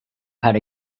had